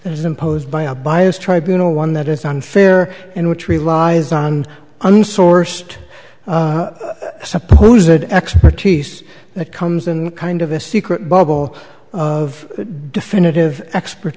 is imposed by a biased tribunals one that is unfair and which relies on unsourced suppose that expertise comes in kind of a secret bubble of definitive expert